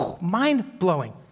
Mind-blowing